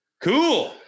Cool